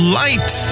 light